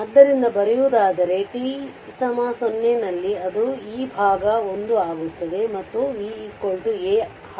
ಆದ್ದರಿಂದ ಬರೆಯುವುದಾದರೆ t0 ನಲ್ಲಿ ಅದು ಈ ಭಾಗ 1 ಆಗುತ್ತದೆ ಮತ್ತು ಅದು v A